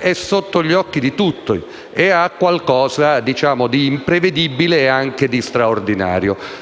sia sotto gli occhi di tutti e abbia qualcosa di imprevedibile e anche di straordinario.